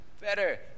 better